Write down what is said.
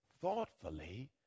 thoughtfully